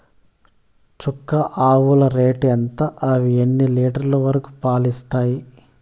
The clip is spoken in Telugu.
చుక్క ఆవుల రేటు ఎంత? అవి ఎన్ని లీటర్లు వరకు పాలు ఇస్తాయి?